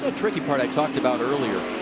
ah tricky part i talked about earlier,